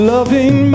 Loving